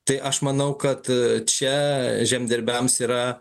tai aš manau kad čia žemdirbiams yra